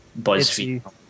BuzzFeed